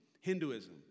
Hinduism